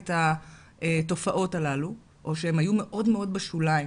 את התופעות הללו או שהן היו מאוד מאוד בשוליים.